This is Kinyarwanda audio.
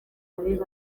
babiri